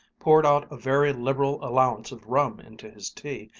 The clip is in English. poured out a very liberal allowance of rum into his tea,